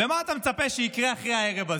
ומה אתה מצפה שיקרה אחרי הערב הזה?